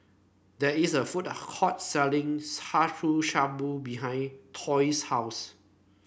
there is a food court selling Shabu Shabu behind Troy's house